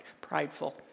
prideful